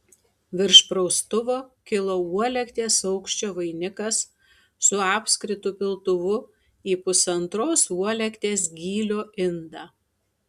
virš praustuvo kilo uolekties aukščio vainikas su apskritu piltuvu į pusantros uolekties gylio indą